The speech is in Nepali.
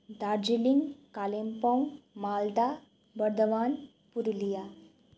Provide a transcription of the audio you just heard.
दार्जिलिङ कालिम्पोङ मालदा वर्दवान पुरुलिया